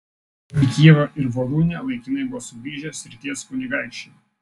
į kijevą ir voluinę laikinai buvo sugrįžę srities kunigaikščiai